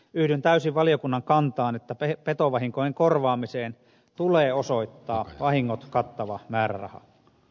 yhdyn täysin valiokunnan kantaan että petovahinkojen korvaamiseen tulee osoittaa vahingot kattava määräraha